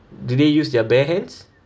do they use their bare hands